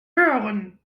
hören